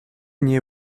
nie